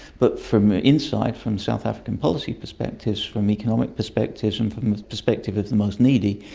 but from inside, from south african policy perspectives, from economic perspectives and from the perspective of the most needy,